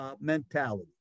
mentality